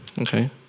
Okay